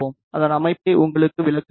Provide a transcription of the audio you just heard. அதன் அமைப்பை உங்களுக்கு விளக்குகிறேன்